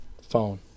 phone